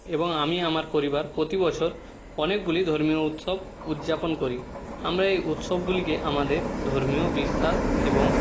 এবং আমি আমার পরিবার প্রতি বছর অনেকগুলি ধর্মীয় উৎসব উদ্যাপন করি আমরা এই উৎসবগুলিকে আমাদের ধর্মীয় বিশ্বাস এবং